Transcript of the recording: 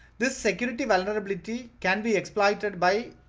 this security vulnerability can be exploited by.